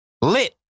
lit